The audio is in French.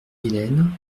vilaine